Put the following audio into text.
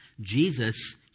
Jesus